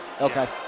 Okay